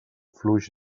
fluix